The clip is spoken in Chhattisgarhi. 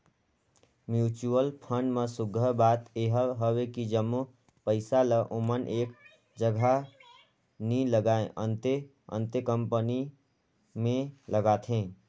म्युचुअल फंड में सुग्घर बात एहर हवे कि जम्मो पइसा ल ओमन एक जगहा नी लगाएं, अन्ते अन्ते कंपनी में लगाथें